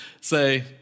say